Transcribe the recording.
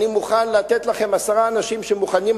אני מוכן לתת לכם עשרה אנשים שמוכנים,